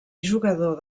jugador